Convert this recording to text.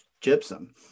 gypsum